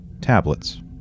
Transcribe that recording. tablets